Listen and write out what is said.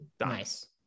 Nice